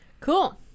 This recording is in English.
cool